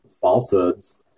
falsehoods